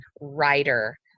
writer